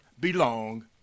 belong